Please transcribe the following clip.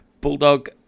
Bulldog